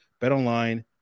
BetOnline